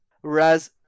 Whereas